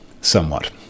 somewhat